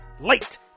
late